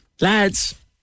lads